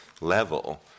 level